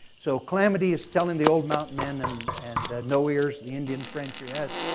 so calamity is telling the old mountain man and and no ears, the indian friend she has